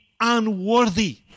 unworthy